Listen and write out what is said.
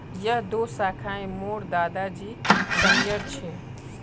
यह दो शाखए मोर दादा जी समयर छे